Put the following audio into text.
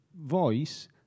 Voice